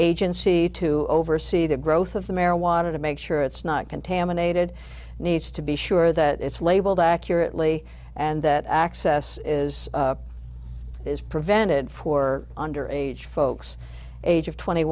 agency to oversee the growth of the marijuana to make sure it's not contaminated needs to be sure that it's labeled accurately and that access is is prevented for under age folks age of twenty